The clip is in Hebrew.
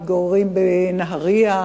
מתגוררים בנהרייה,